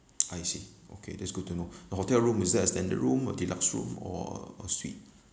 I see okay that's good to know the hotel room is that a standard room or deluxe room or or suite